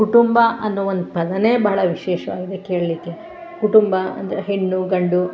ಕುಟುಂಬ ಅನ್ನೊ ಒಂದು ಪದವೇ ಬಹಳ ವಿಶೇಷವಾಗಿದೆ ಕೇಳ್ಳಿಕ್ಕೆ ಕುಟುಂಬ ಅಂದರೆ ಹೆಣ್ಣು ಗಂಡು